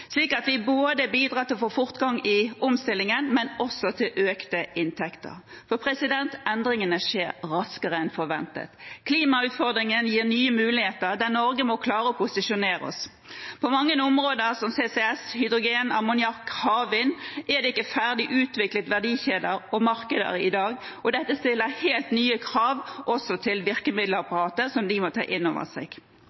slik at vi bidrar til både å få fortgang i omstillingen og også til økte inntekter. Endringene skjer raskere enn forventet. Klimautfordringen gir nye muligheter der Norge må klare å posisjonere seg. På mange områder, som CCS, hydrogen, ammoniakk og havvind, er det ikke ferdig utviklede verdikjeder og markeder i dag, og dette stiller helt nye krav også til